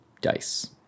dice